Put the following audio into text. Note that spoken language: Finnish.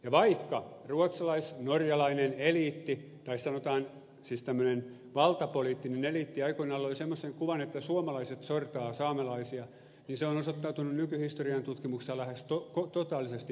ja vaikka ruotsalais norjalainen eliitti tai sanotaan tämmöinen valtapoliittinen eliitti aikoinaan loi semmoisen kuvan että suomalaiset sortavat saamelaisia niin se on osoittautunut nykyhistoriantutkimuksessa lähes totaalisesti pupuksi